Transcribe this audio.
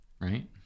right